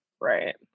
right